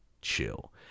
Chill